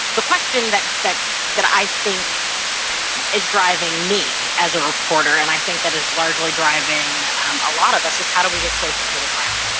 the question that that i think is driving me as a reporter and i think that is largely driving um a lot of us is how do we get closer to the ground?